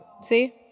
See